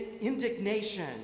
indignation